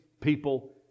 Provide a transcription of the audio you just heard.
people